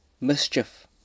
Mischief